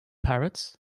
parrots